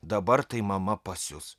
dabar tai mama pasius